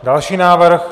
Další návrh?